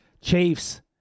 Chiefs